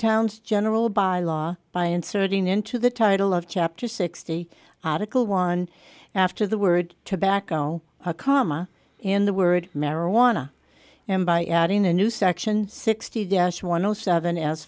town's general by law by inserting into the title of chapter sixty article one after the word tobacco a comma in the word marijuana and by adding a new section sixty dash one o seven as